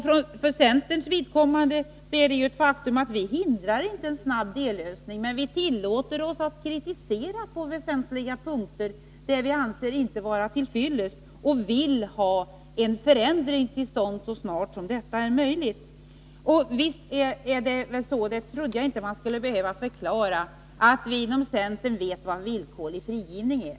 För centerns vidkommande är det ett faktum att vi inte hindrar en snabb dellösning, men vi tillåter oss att kritisera på väsentliga punkter, där vi inte anser förslaget vara till fyllest och där vi vill ha en förändring till stånd så snart som detta är möjligt. Visst vet vi inom centern — det trodde jag inte att man skulle behöva förklara — vad villkorlig frigivning är.